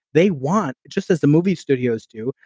they want just as the movie studios do,